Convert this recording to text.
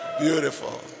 beautiful